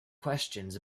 questions